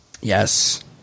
Yes